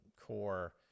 core